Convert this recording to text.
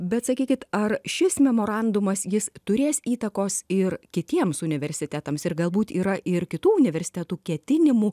bet sakykit ar šis memorandumas jis turės įtakos ir kitiems universitetams ir galbūt yra ir kitų universitetų ketinimų